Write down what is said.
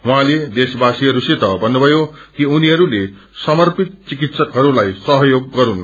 उहाँले देशवासीहस्सित भन्नुभयो कि उनीहरूले समर्पित चिकित्सकहरूलाई सहयोग गरून्